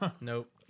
Nope